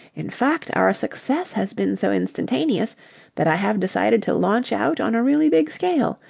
in fact, our success has been so instantaneous that i have decided to launch out on a really big scale.